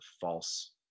false